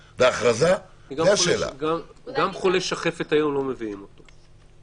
------ גם חולה שחפת היום לא מביאים אותו.